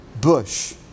bush